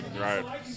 right